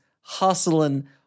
hustling